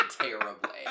terribly